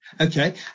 Okay